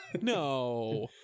no